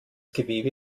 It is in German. gewebe